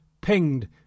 pinged